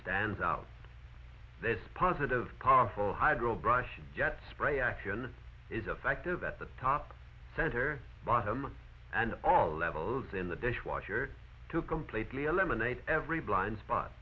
stands out that's positive powerful hydro brushing jet spray action is affective at the top center bottom and all levels in the dishwasher to completely eliminate every blind spot